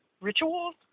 rituals